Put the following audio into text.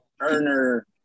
earner